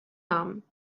namen